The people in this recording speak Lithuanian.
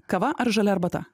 kava ar žalia arbata